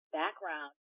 background